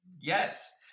Yes